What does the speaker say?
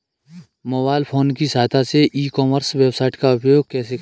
Mobile phone की सहायता से ई कॉमर्स वेबसाइट का उपयोग कैसे करें?